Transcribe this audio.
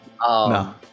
no